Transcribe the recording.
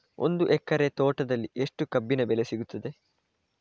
ಒಂದು ಎಕರೆ ತೋಟದಲ್ಲಿ ಎಷ್ಟು ಕಬ್ಬಿನ ಬೆಳೆ ಸಿಗುತ್ತದೆ?